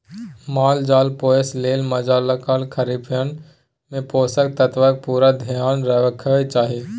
माल जाल पोसय लेल मालजालक खानपीन मे पोषक तत्वक पुरा धेआन रखबाक चाही